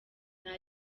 nta